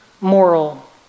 moral